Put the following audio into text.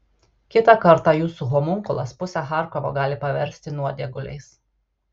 kitą kartą jūsų homunkulas pusę charkovo gali paversti nuodėguliais